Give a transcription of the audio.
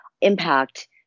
impact